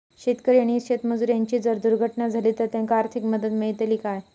शेतकरी आणि शेतमजूर यांची जर दुर्घटना झाली तर त्यांका आर्थिक मदत मिळतली काय?